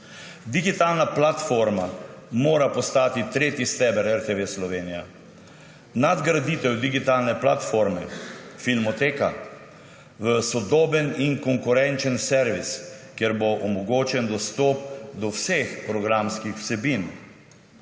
Digitalna platforma mora postati tretji steber RTV Slovenija. Nagraditev digitalne platforme, filmoteke v sodoben in konkurenčen servis, kjer bo omogočen dostop do vseh programskih vsebin.